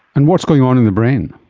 and what's going on in the brain?